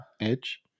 Edge